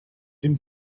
dem